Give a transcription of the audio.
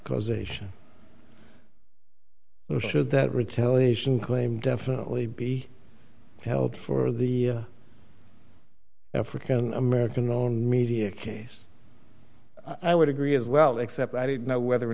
causation should that retaliation claim definitely be held for the african american owned media case i would agree as well except i didn't know whether or